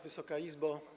Wysoka Izbo!